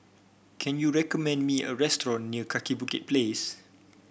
can you recommend me a restaurant near Kaki Bukit Place